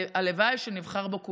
הלוואי שנבחר בו כולנו.